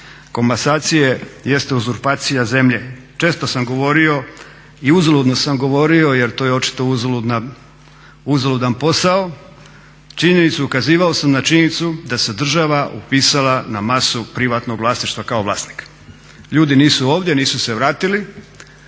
komasacije jest uzurpacija zemlje. Često sam govorio i uzaludno sam govorio jer to je očito uzaludan posao činjenicu, ukazivao sam na činjenicu da se država upisala na masu privatnog vlasništva kao vlasnik. Ljudi nisu ovdje, nisu se vratili,